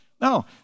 No